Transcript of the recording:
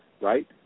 right